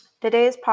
today's